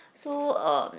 so uh